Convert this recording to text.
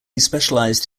specialised